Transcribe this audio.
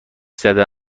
زده